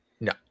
no